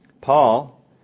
Paul